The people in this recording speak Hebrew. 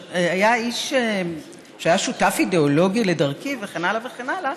שהיה שותף אידיאולוגי לדרכי וכן הלאה וכן הלאה,